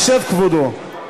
ישב כבודו.